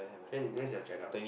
when when's your checkup